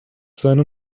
seine